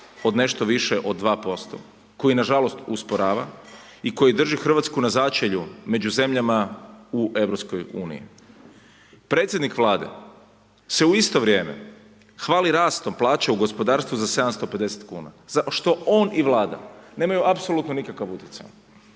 od nešto više od 2% koji nažalost usporava i koji drži Hrvatsku na začelju među zemljama u EU-u. Predsjednik Vlade se u isto vrijeme hvali rastom plaća u gospodarstvu za 750 kuna za što on i Vlada nemaju apsolutno nikakav utjecaj.